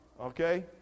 Okay